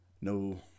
no